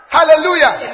Hallelujah